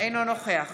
אינו נוכח